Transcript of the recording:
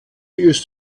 ist